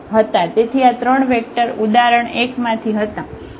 તેથી આ ત્રણ વેક્ટર ઉદાહરણ 1 માંથી હતા